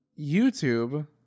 YouTube